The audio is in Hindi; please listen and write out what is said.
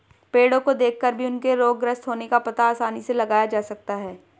पेड़ो को देखकर भी उनके रोगग्रस्त होने का पता आसानी से लगाया जा सकता है